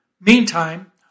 Meantime